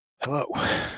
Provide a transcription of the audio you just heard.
Hello